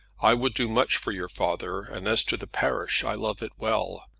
i would do much for your father, and as to the parish i love it well.